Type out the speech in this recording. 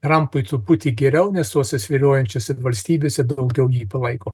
trampui truputį geriau nes tose svyruojančiose valstybėse daugiau jį palaiko